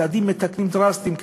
צעדים מתקנים דרסטיים,